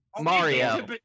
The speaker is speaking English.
Mario